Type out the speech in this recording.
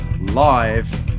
live